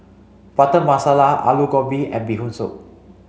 Butter Masala Aloo Gobi and Bee Hoon Soup